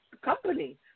company